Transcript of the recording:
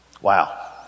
Wow